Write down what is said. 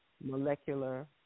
molecular